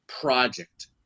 project